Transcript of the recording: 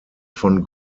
von